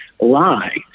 lie